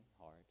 heart